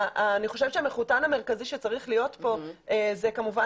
אני חושבת שהמחותן המרכזי שצריך להיות פה זה כמובן